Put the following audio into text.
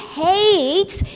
hates